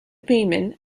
payment